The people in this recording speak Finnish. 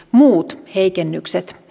muut heikennykset